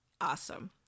Awesome